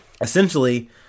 essentially